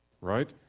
right